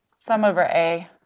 sum over a.